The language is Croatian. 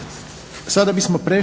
Onda bismo prešli